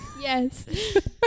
Yes